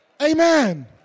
Amen